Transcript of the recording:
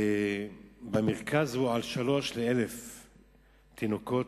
במרכז היא שלושה ל-1,000 תינוקות.